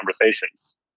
conversations